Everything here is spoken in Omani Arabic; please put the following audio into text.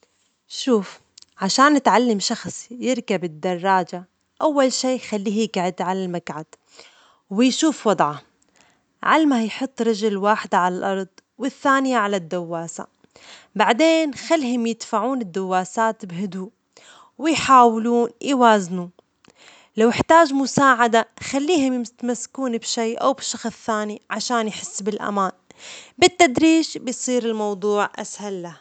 شوف، عشان تعلم شخص يركب الدراجة، أول شي خليه يجعد على الدراجة ويشوف وضعه، علمه يحط رجل واحدة عالارض والثانية على الدواسة، بعدين خليهم يدفعون الدواسات بهدوء، و يحاولوا يوازنوا، ولو احتاج مساعدة، خليهم يتمسكون بشيء أو بشخص ثاني عشان يحس بالأمان، بالتدريج، بيصير الموضوع أسهل له.